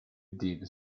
did